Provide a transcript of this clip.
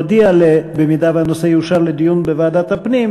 במידה שהנושא יאושר לדיון בוועדת הפנים,